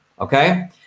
okay